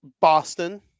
Boston